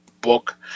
book